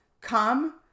come